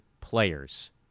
players